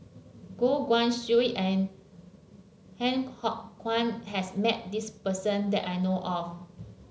Goh Guan Siew and Han Kwang has met this person that I know of